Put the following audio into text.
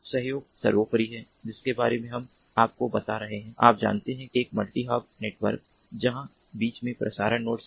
सहयोग सर्वोपरि है जिसके बारे में हम आपको बता रहे हैं आप जानते हैं एक मल्टी हॉप नेटवर्क जहां बीच में प्रसारण नोड्स हैं